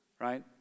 right